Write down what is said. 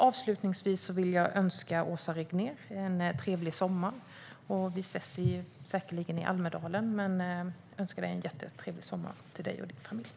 Avslutningsvis vill jag önska dig, Åsa Regnér, och din familj en jättetrevlig sommar. Vi ses säkerligen i Almedalen.